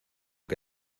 que